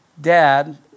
dad